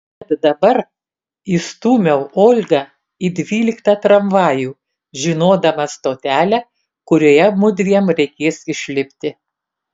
bet dabar įstūmiau olgą į dvyliktą tramvajų žinodama stotelę kurioje mudviem reikės išlipti